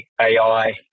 AI